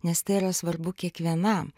nes tai yra svarbu kiekvienam